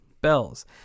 Bells